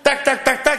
תק-תק-תק-תק,